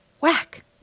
Whack